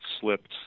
slipped